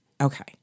Okay